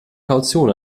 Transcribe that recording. kaution